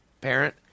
parent